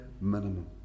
minimum